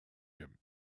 him